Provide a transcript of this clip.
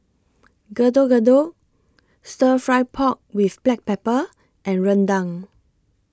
Getuk Getuk Stir Fried Pork with Black Pepper and Rendang